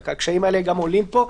הקשיים האלה עולים גם פה.